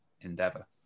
endeavor